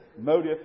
motive